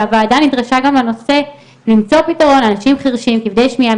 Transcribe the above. והוועדה נדרשה גם לנושא למצוא פתרון לאנשים חרשים וכבדי שמיעה,